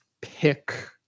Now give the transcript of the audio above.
pick